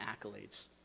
accolades